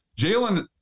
Jalen